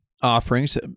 offerings